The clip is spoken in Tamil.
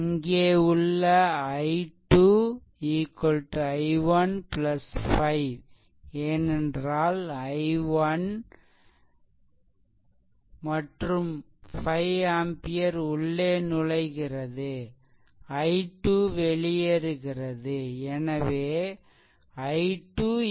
இங்கே உள்ள I2 I1 5 ஏனென்றால் I1 5 ஆம்பியர் உள்ளே நுழைகிறது i2 வெளியேறுகிறதுஎனவே I2 I1 5